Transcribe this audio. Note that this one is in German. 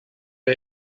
der